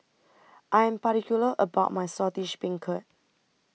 I Am particular about My Saltish Beancurd